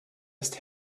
ist